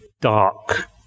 dark